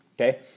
okay